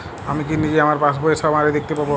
আমি কি নিজেই আমার পাসবইয়ের সামারি দেখতে পারব?